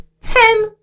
ten